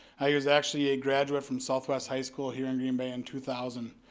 ah he was actually a graduate from southwest high school here in green bay in two thousand.